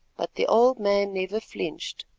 but the old man never flinched,